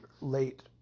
late